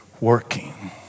working